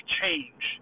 change